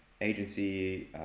agency